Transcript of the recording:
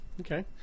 Okay